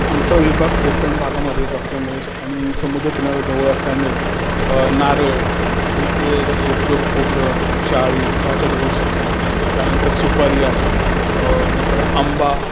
आमचा विभाग कोकण भागामधे येत असल्यामुळे आणि समुद्रकिनारा जवळ असल्यामुळे नारळ ह्यांचे उपयोग खोबरं शहाळी यासाठी होऊ शकतात त्यानंतर सुपारी आहे नंतर आंबा